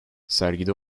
sergide